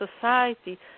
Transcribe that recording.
society